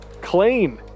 clean